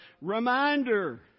reminder